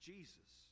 Jesus